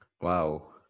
Wow